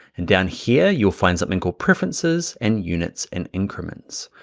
and down here, you'll find something called preferences, and units and increments.